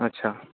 अच्छा